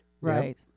Right